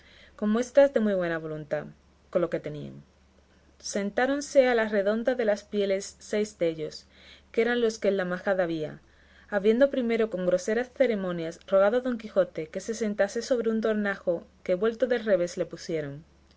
con muestras de muy buena voluntad con lo que tenían sentáronse a la redonda de las pieles seis dellos que eran los que en la majada había habiendo primero con groseras ceremonias rogado a don quijote que se sentase sobre un dornajo que vuelto del revés le pusieron